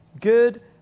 good